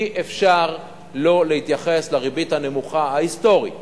אי-אפשר לא להתייחס לריבית הנמוכה ההיסטורית